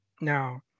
now